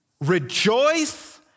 Rejoice